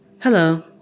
Hello